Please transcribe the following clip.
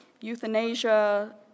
euthanasia